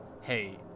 hey